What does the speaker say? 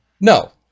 No